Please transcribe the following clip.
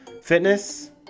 fitness